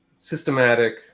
systematic